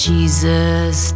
Jesus